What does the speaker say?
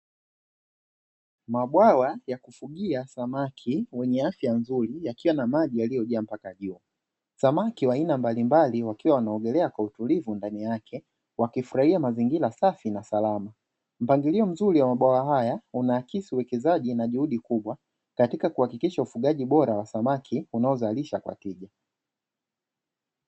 Mabwawa ya kufugia samaki wenye afya mzuri yakiwa na maji yaliyojaa mpaka juu, na samaki wa aina mbalimbali wakiwa wameogelea kwa utulivu ndani yake wakifurahia mazingira safi na salama, mpangilio mzuri wa mabwawa haya unaakisi uwekezaji na juhudi kubwa katika kuhakikisha ufugaji bora wa samaki unaozalishwa kwa tija.